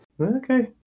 okay